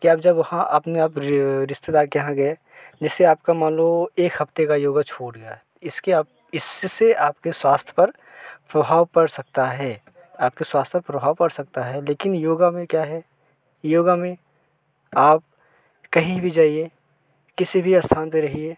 कि आप जब वहाँ आपने आप रि रिश्तेदार के यहाँ गए जैसे आपका मान लो एक हफ्ते का योग छूट गया है इससे आप इससे आपके स्वास्थ्य पर प्रभाव पड़ सकता हे आपके स्वास्थ्य पर प्रभाव पड़ सकता है लेकिन योग में क्या है योग में आप कहीं भी जाएं किसी भी स्थान पर रहें